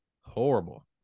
horrible